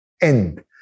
end